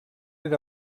era